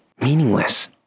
meaningless